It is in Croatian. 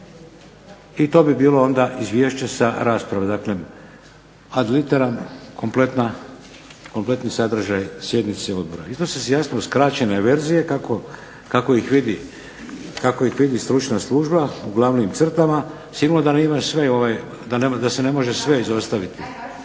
i to bi bilo onda izvješće sa rasprave. Dakle, ad literam kompletni sadržaj sjednice odbora. Iznose se jasno skraćene verzije kako ih vidi stručna služba u glavnim crtama. Sigurno da se ne može sve izostaviti.